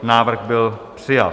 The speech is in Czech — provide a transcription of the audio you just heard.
Návrh byl přijat.